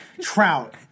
trout